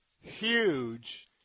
huge